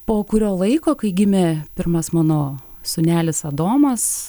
po kurio laiko kai gimė pirmas mano sūnelis adomas